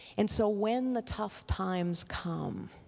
and so when the tough times come,